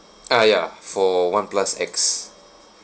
ah ya for oneplus X